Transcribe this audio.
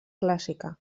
clàssica